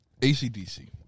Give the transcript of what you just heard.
ACDC